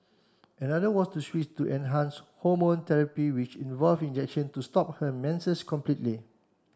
another was to switch to an enhance hormone therapy which involved injection to stop her menses completely